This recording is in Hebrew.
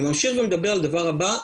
אני ממשיך לדבר הבא,